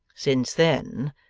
since then,